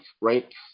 Right